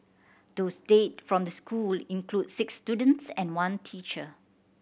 those dead from the school include six students and one teacher